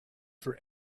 for